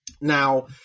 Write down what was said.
Now